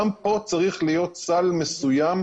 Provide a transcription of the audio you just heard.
גם פה צריך להיות סל מסוים,